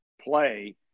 play